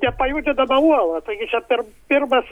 nepajudinamą uolą taigi čia per pirmas